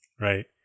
right